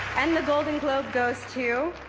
and the golden globe goes to.